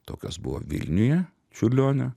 tokios buvo vilniuje čiurlionio